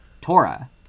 Torah